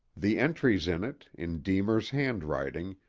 the entries in it, in deemer's handwriting,